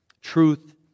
truth